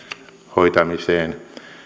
hoitamiseen